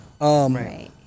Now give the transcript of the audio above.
Right